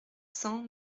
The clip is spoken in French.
cent